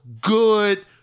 good